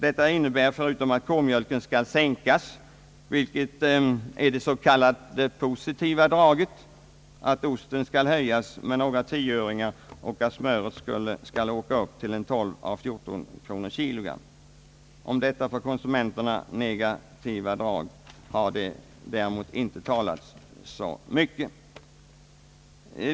Detta innebär förutom att k-mjölken skall sänkas — vilket är det s.k. positiva draget — att osten skall höjas med några tioöringar och att smöret skall åka upp till 12 å 14 kronor per kilogram. Om detta för konsumenterna negativa drag har inte sagis så mycket.